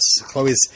Chloe's